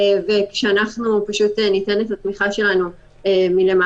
כאשר אנחנו ניתן את התמיכה שלנו מלמעלה.